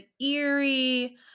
eerie